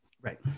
Right